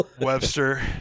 Webster